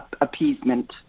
appeasement